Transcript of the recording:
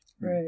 right